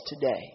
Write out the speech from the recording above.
today